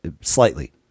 Slightly